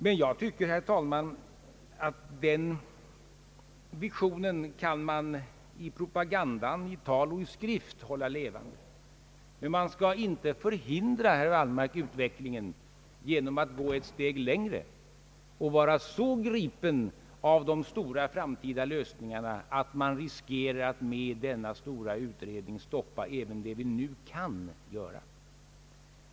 Men jag tycker, herr talman, att de visionerna kan man i propaganda, i tal och i skrift, hålla levande, och man skall inte, herr Wallmark, förhindra utvecklingen genom att vara så gripen av de stora, framtida lösningarna, att man riskerar att med denna stora utredning stoppa även det vi redan nu kan göra.